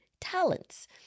talents